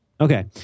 Okay